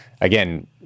again